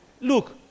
look